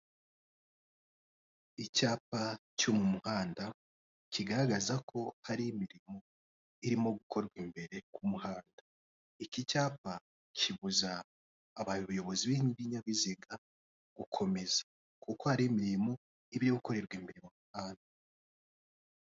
Icyapa cyo mu muhanda kigaragaza ko hari imirimo irimo gukorwa imbere ku muhanda, iki cyapa kibuza abayobozi b' ibinyabiziga gukomeza kuko hari imirimo iri gukorerwa imbere mu muhanda.